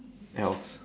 else